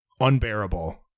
unbearable